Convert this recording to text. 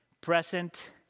present